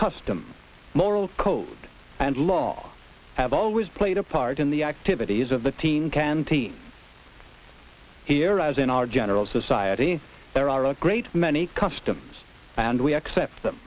custom moral code and law have always played a part in the activities of the teen canteen here as in our general society there are a great many customs and we accept them